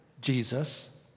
Jesus